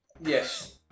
yes